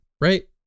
right